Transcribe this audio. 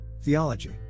Theology